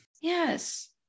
yes